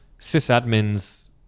sysadmins